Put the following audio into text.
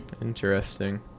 Interesting